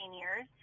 years